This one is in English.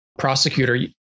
prosecutor